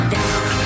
Down